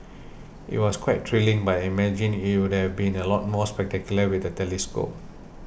it was quite thrilling but I imagine it would have been a lot more spectacular with a telescope